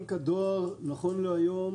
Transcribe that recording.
בנק הדואר נכון להיום